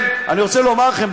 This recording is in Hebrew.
אני רוצה לומר לכם,